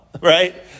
right